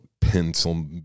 pencil